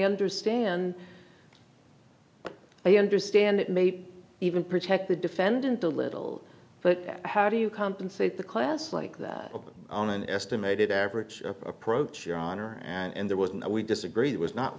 understand i understand it may even protect the defendant a little but how do you compensate the class like that on an estimated average approach your honor and there was no we disagree that was not